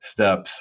steps